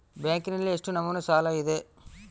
ಬ್ಯಾಂಕಿನಲ್ಲಿ ಎಷ್ಟು ನಮೂನೆ ಸಾಲ ಇದೆ?